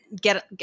get –